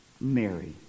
mary